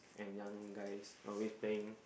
and young guys always playing